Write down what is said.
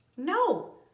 No